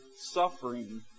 suffering